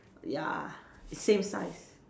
ya same size